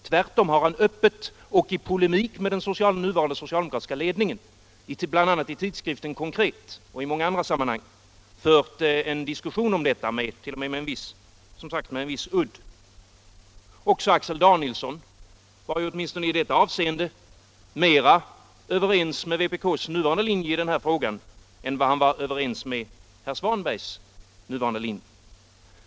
Tvärtom har han öppet och i polemik med den nuvarande socialdemokratiska ledningen, i tidskriften Konkret och i många andra sammanhang, fört en diskussion om detta, t.o.m. som sagt med en viss udd. Också Axel Danielsson var åtminstone i detta avseende mera överens med vpk:s nuvarande linje i den här frågan än vad han var överens med herr Svanbergs nuvarande linje.